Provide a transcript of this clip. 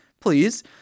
Please